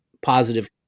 positive